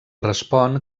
respon